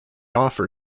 offer